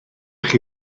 chi